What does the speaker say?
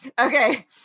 Okay